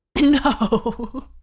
No